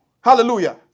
hallelujah